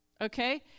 Okay